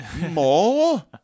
More